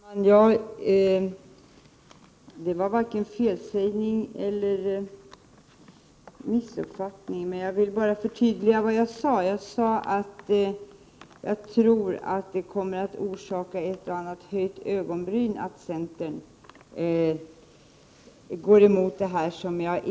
Herr talman! Det var varken en felsägning eller en missuppfattning. Jag vill emellertid bara förtydliga vad jag sade. Jag tror att det kommer att orsaka ett och annat höjt ögonbryn att centern går emot detta förslag.